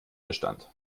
bestand